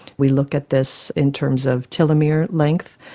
we look at this in terms of telomere length,